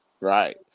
Right